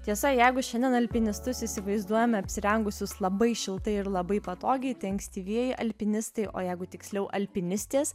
tiesa jeigu šiandien alpinistus įsivaizduojame apsirengusius labai šiltai ir labai patogiai tai ankstyvieji alpinistai o jeigu tiksliau alpinistės